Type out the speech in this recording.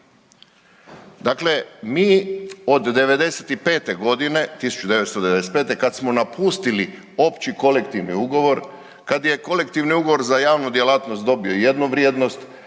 Dakle, mi od '95.-te godine, 1995. kad smo napustili opći kolektivni ugovor, kad je kolektivni ugovor za javnu djelatnost dobio jednu vrijednost,